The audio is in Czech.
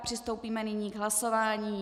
Přistoupíme nyní k hlasování.